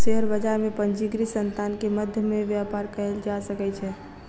share बजार में पंजीकृत संतान के मध्य में व्यापार कयल जा सकै छै